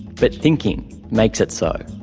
but thinking makes it so.